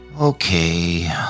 Okay